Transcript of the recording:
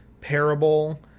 parable